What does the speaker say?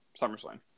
SummerSlam